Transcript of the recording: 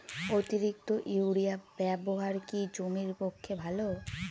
অতিরিক্ত ইউরিয়া ব্যবহার কি জমির পক্ষে ভালো?